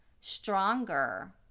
stronger